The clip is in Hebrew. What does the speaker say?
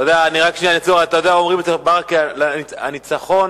אתה יודע, אומרים אצלנו ברכה: לניצחון